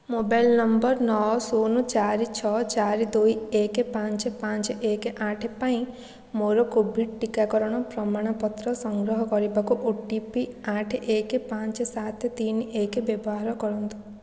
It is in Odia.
ମୋବାଇଲ୍ ନମ୍ବର୍ ନଅ ଶୂନ ଚାରି ଛଅ ଚାରି ଦୁଇ ଏକ ପାଞ୍ଚ ପାଞ୍ଚ ଏକ ଆଠ ପାଇଁ ମୋର କୋଭିଡ଼୍ ଟିକାକରଣ ପ୍ରମାଣପତ୍ର ସଂଗ୍ରହ କରିବାକୁ ଓ ଟି ପି ଆଠ ଏକ ପାଞ୍ଚ ସାତ ତିନି ଏକ ବ୍ୟବହାର କରନ୍ତୁ